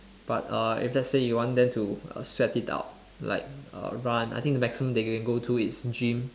but uh if let's say you want them to uh sweat it out like uh run I think the maximum they can go to is gym